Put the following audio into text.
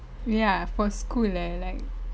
ya for school leh like